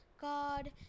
God